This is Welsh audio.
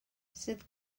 sydd